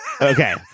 Okay